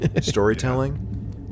storytelling